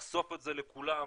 לחשוף את זה לכולם ולהגיד: